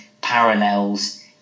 parallels